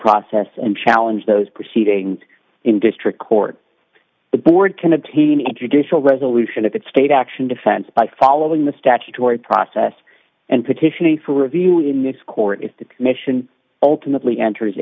process and challenge those proceedings in district court the board can obtain a judicial resolution of that state action defense by following the statutory process and petitioning for review in this court if the commission ultimately ent